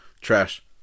trash